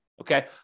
okay